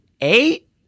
eight